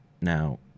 Now